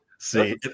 see